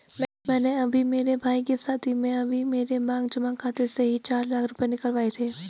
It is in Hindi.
मैंने अभी मेरे भाई के शादी में अभी मेरे मांग जमा खाते से ही चार लाख रुपए निकलवाए थे